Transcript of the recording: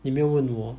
你没有问我